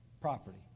property